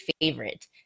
favorite